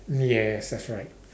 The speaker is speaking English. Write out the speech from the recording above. yes that's right